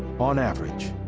on average,